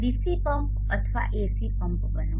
DC pump અથવા AC pump બનો